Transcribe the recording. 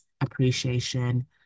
appreciation